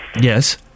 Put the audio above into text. Yes